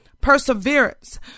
perseverance